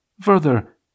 Further